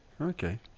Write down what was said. Okay